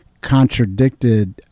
contradicted